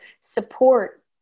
support